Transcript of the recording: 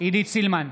עידית סילמן,